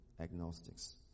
agnostics